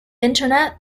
internet